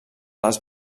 les